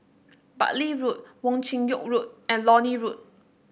Bartley Road Wong Chin Yoke Road and Lornie Road